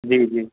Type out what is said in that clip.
जी जी